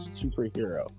Superhero